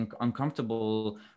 uncomfortable